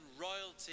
royalty